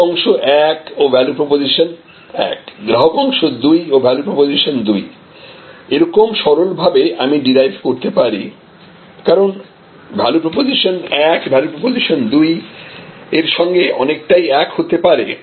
গ্রাহক অংশ 1 ও ভ্যালু প্রপোজিশন 1 গ্রাহক অংশ 2 ও ভ্যালু প্রপোজিশন 2 এরকম সরলভাবে আমি ডিরাইভ করতে পারি কারণ ভ্যালু প্রপোজিশন 1 ভ্যালু প্রপোজিশন 2 এর সঙ্গে অনেকটাই এক হতে পারে